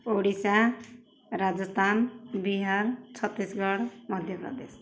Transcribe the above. Odisha Rajasthan Bihar Chhattisgarh Madhya Pradesh